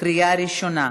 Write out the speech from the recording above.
בקריאה הראשונה.